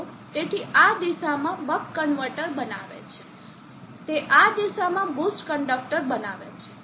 તેથી આ દિશામાં બક કન્વર્ટર બનાવે છે તે આ દિશામાં બુસ્ટ કંડક્ટર બનાવે છે